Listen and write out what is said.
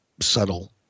subtle